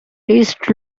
east